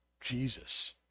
jesus